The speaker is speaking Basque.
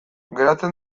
geratzen